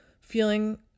feeling